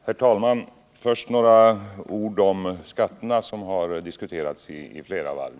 Herr talman! Först några ord om skatterna, som har diskuterats i flera varv.